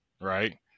right